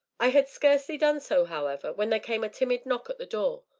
i had scarcely done so, however, when there came a timid knock at the door,